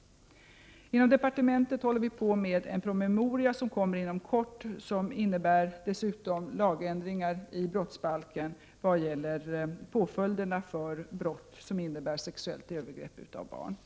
Inom departementet håller vi på att utarbeta en promemoria som kommer inom kort. I denna promemoria tas lagändringar i brottsbalken vad gäller påföljderna för brott av typ sexuella övergrepp på barn upp.